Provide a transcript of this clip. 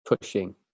pushing